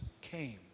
came